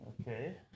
okay